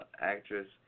actress